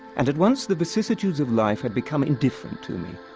and at once the vicissitudes of life had become indifferent to me,